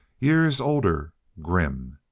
years older, grim.